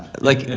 like,